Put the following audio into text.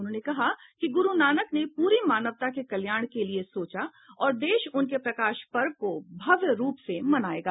उन्होंने कहा कि गुरु नानक ने पूरी मानवता के कल्याण के लिए सोचा और देश उनके प्रकाश पर्व को भव्य रूप से मनाएगा